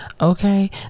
okay